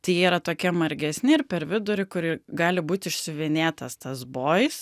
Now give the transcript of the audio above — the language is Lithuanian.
tai jie yra tokia margesni ir per vidurį kur gali būti išsiuvinėtas tas boys